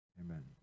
amen